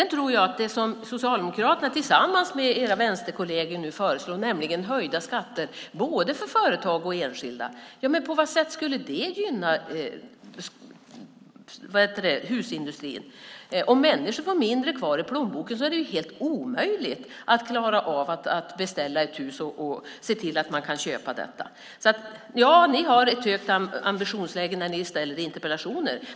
Nu föreslår Socialdemokraterna tillsammans med sina vänsterkolleger höjda skatter både för företag och för enskilda. På vilket sätt skulle det gynna husindustrin? Om människor får mindre kvar i plånboken är det helt omöjligt att klara av att beställa ett hus och se till att de kan köpa det. Ni har en hög ambitionsnivå när ni ställer interpellationer.